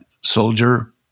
soldier